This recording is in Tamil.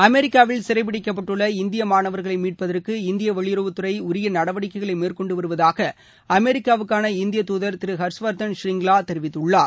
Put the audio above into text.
அமெரிக்காவில் சிறைபிடிக்கப்பட்டுள்ள இந்திய மாணவர்களை மீட்பதற்கு இந்திய வெளியுறவுத்துறை உரிய நடவடிக்கைகளை மேற்கொண்டுவருவதுக அமெரிக்காவுக்கான இந்திய தூதர் திரு ஹர்ஷ்வர்தன் ஸ்ரீங்வா தெரிவித்குள்ளார்